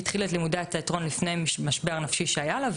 היא התחילה את לימודי התיאטרון לפני משבר נפשי שהיה לה,